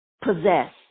possess